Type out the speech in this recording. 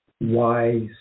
wise